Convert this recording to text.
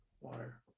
Water